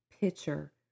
picture